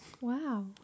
Wow